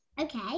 Okay